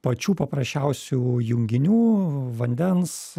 pačių paprasčiausių junginių vandens